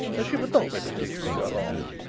as she would not be particularly well off.